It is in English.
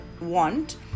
want